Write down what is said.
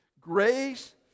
Grace